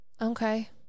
Okay